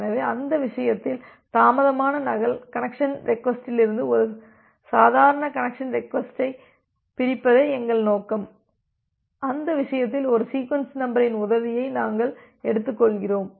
எனவே அந்த விஷயத்தில் தாமதமான நகல் கனெக்சன் ரெக்வஸ்ட்டிலிருந்து ஒரு சாதாரண கனெக்சன் ரெக்வஸ்ட்டை பிரிப்பதே எங்கள் நோக்கம் அந்த விஷயத்தில் ஒரு சீக்வென்ஸ் நம்பரின் உதவியை நாங்கள் எடுத்துக்கொள்கிறோம்